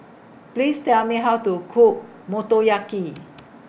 Please Tell Me How to Cook Motoyaki